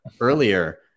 earlier